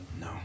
no